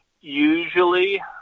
usually